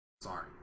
Sorry